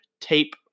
Tape